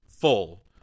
full